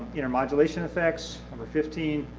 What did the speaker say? intermodulation effects. number fifteen,